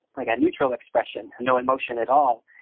like a neutral expression, no emotion at all,